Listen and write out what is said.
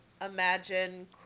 imagine